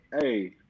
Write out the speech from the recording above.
hey